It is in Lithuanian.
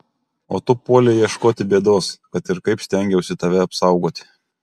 o tu puolei ieškoti bėdos kad ir kaip stengiausi tave apsaugoti